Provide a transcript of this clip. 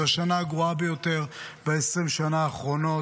זו השנה הגרועה ביותר ב-20 השנה האחרונות,